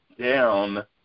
down